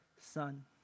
Son